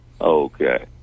Okay